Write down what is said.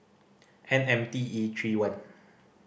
N M T E three one